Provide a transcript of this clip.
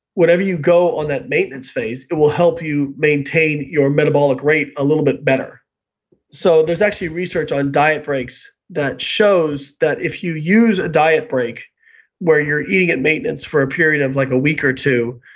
whenever you go on that maintenance phase it will help you maintain your metabolic rate a little bit better so there's actually research on diet breaks that shows that if you use a diet break where you're eating at maintenance for a period of like a week or two,